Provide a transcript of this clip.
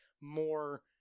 more